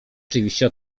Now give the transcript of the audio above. oczywiście